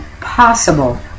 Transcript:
possible